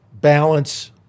balance